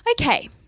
Okay